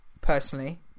personally